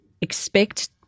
expect